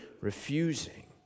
refusing